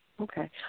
Okay